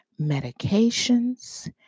medications